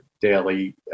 daily